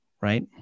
right